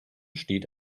steht